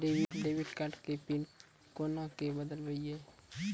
Debit card के pin कोना के बदलबै यो?